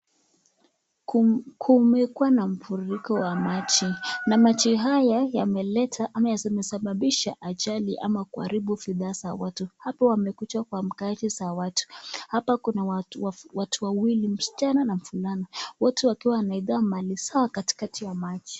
Kumekua na mfurururiko wa maji na yameleta au yamesababisha ajali ama kuharibu bidhaa za watu, na hapa yamekuja kwa makazi ya watu na kuna watu wawili msichana na mvulana wote wakiwa wanaendea mali zao katikati ya maji.